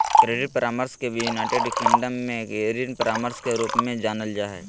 credit परामर्श के United Kingdom में ऋण परामर्श के रूप में जानल जा हइ